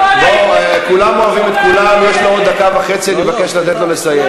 ולא היה שום יואב קיש שהיה עולה לפה לדבר על הסתייגויות.